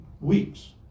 weeks